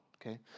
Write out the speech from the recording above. Okay